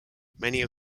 many